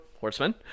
horsemen